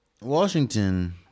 Washington